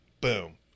boom